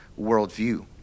worldview